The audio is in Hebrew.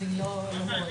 עבודה.